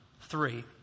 three